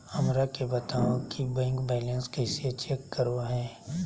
हमरा के बताओ कि बैंक बैलेंस कैसे चेक करो है?